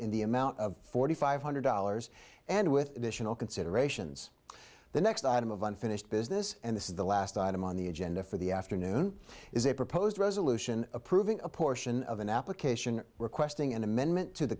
in the amount of forty five hundred dollars and with additional considerations the next item of unfinished business and this is the last item on the agenda for the afternoon is a proposed resolution approving a portion of an application requesting an amendment to the